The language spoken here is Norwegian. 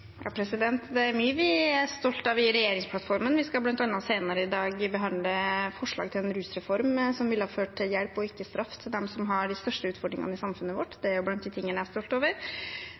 Det er mye vi er stolt av i regjeringsplattformen. Vi skal bl.a. senere i dag behandle forslag til en rusreform som ville ha ført til hjelp, ikke straff, for dem som har de største utfordringene i samfunnet vårt. Det er blant de tingene jeg er stolt over.